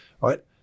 Right